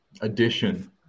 addition